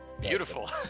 beautiful